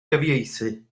gyfieithu